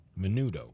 Menudo